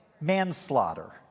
Manslaughter